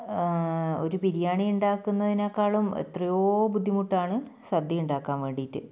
ഒരു ബിരിയാണി ഉണ്ടാക്കുന്നതിനെക്കാളും എത്രയോ ബുദ്ധിമുട്ടാണ് സദ്യ ഉണ്ടാക്കാൻ വേണ്ടിയിട്ട്